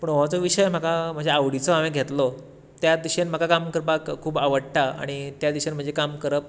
पूण हो जो विशय म्हाका म्हज्या आवडिचो हांवेंन घेतलो त्या दिशेन म्हाका काम करपाक खूब आवडटा आनी त्या दिशेन म्हजें काम करप